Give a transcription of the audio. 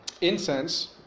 Incense